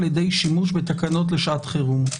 על ידי שימוש בתקנות לשעת חירום.